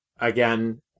again